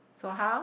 so how